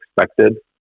expected